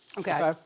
okay. okay,